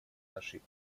нашей